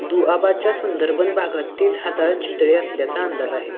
दुआबाच्या सुंदरबन भागात तीस हजार चितळे असल्याचा अंदाज आहे